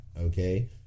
Okay